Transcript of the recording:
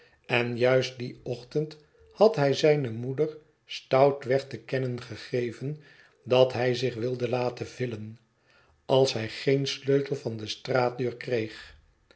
en juist dien ochtend had hij zijne moeder stoutweg te kennen gegeven dat hij zich wilde laten villen als hij geen sleutel van de straatdeur kreeg